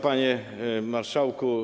Panie Marszałku!